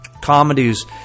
comedies